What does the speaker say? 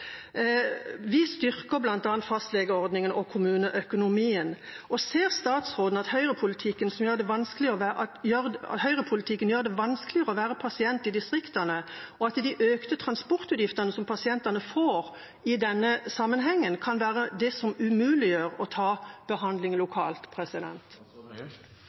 kommuneøkonomien. Ser statsråden at høyrepolitikken gjør det vanskeligere å være pasient i distriktene, og at de økte transportutgiftene som pasientene får i denne sammenhengen, kan være det som umuliggjør å ta imot behandling